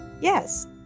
yes